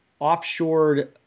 offshored